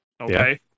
Okay